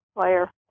player